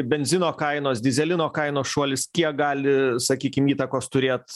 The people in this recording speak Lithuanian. benzino kainos dyzelino kainos šuolis kiek gali sakykim įtakos turėt